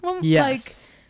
Yes